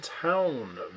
Town